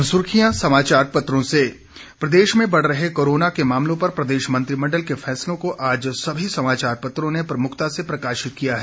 और अब सुर्खियां समाचार पत्रों से प्रदेश में बढ़ रहे कोरोना के मामलों पर प्रदेश मंत्रिमंडल के फैसलों को आज सभी समाचार पत्रों ने प्रमुखता से प्रकाशित किया है